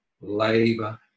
Labor